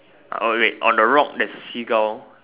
oh wait on the rock there's Seagull